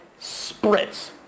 spritz